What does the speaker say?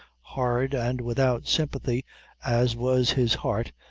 hard and without sympathy as was his heart,